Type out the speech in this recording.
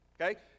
Okay